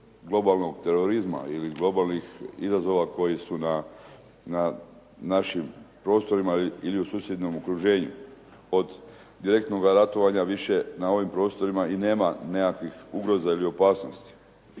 globalnog terorizma ili globalnih izazova koji su na našim prostorima ili u susjednom okruženju. Od direktnoga ratovanja više na ovim prostorima i nema nekakvih ugroza ili opasnosti.